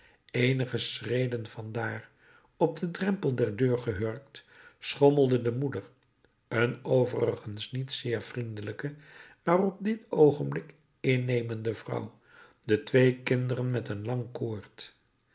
eenige schreden van daar op den drempel der deur gehurkt schommelde de moeder een overigens niet zeer vriendelijke maar op dit oogenblik innemende vrouw de twee kinderen met een lang koord